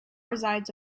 resides